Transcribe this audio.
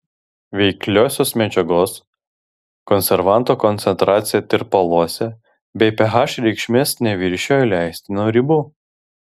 veikliosios medžiagos konservanto koncentracija tirpaluose bei ph reikšmės neviršijo leistinų ribų